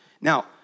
Now